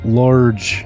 large